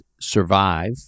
survive